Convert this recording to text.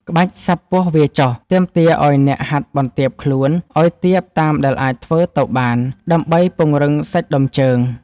ក្បាច់ សត្វពស់វារចុះ ទាមទារឱ្យអ្នកហាត់បន្ទាបខ្លួនឱ្យទាបតាមដែលអាចធ្វើទៅបាន ដើម្បីពង្រឹងសាច់ដុំជើង។